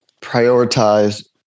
prioritize